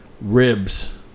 ribs